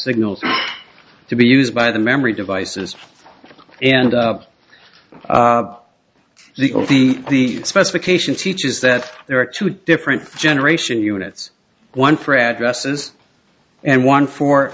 signals to be used by the memory devices and legal the specification teaches that there are two different generation units one for addresses and one for